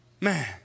Man